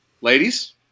Ladies